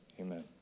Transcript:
Amen